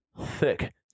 Thick